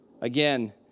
Again